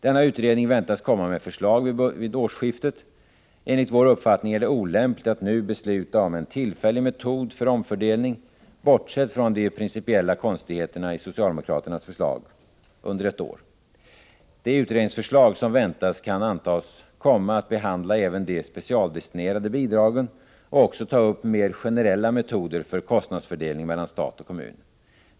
Denna utredning väntas komma med förslag vid årsskiftet. Enligt vår uppfattning är det olämpligt att nu besluta om en tillfällig metod för omfördelning — bortsett från de principiella konstigheterna i socialdemokraternas förslag — under ett år. I det utredningsförslag som väntas kan man anta att även de specialdestinerade bidragen kommer att behandlas och även att mer generella metoder för kostnadsfördelning mellan stat och kommun tas upp.